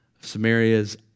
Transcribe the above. Samaria's